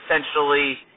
essentially